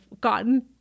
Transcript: gotten